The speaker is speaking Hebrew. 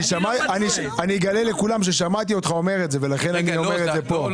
אני אגלה לכולם ששמעתי אותך אומר את זה ולכן אני אומר את זה כאן.